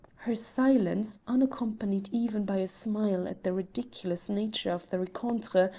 her silence, unaccompanied even by a smile at the ridiculous nature of the recontre,